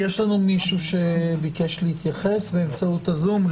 יש מישהו שביקש להתייחס באמצעות הזום?